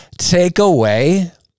takeaway